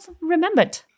remembered